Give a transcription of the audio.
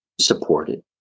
supported